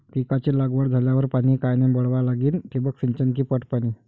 पिकाची लागवड झाल्यावर पाणी कायनं वळवा लागीन? ठिबक सिंचन की पट पाणी?